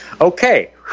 Okay